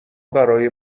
برای